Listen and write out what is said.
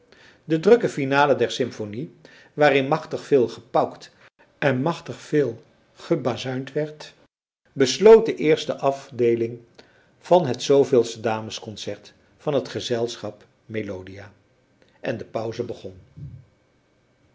de drukke finale der symphonie waarin machtig veel gepaukt en machtig veel gebazuind werd besloot de eerste afdeeling van het zooveelste damesconcert van het gezelschap melodia en de pauze begon